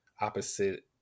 opposite